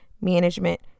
management